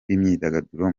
b’imyidagaduro